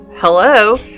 Hello